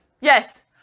Yes